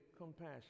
compassion